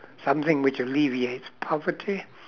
some thing which alleviates poverty